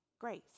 grace